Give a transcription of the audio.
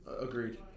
Agreed